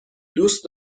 دوست